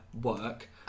work